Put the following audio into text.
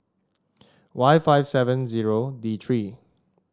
Y five seven zero D three